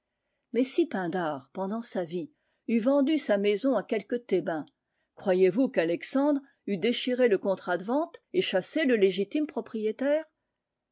mais si pindare pendant sa vie eût vendu sa maison à quelque thébain croyez-vous qu'alexandre eût déchiré le contrat de vente et chassé le légitime propriétaire